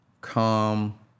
calm